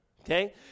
Okay